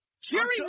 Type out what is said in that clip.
Jerry